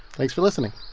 thanks for listening